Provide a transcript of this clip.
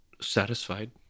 satisfied